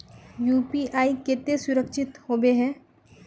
UPI केते सुरक्षित होबे है?